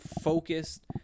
focused